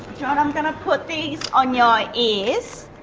john, i'm going to put these on your ears,